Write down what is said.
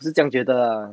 我是这样觉得 lah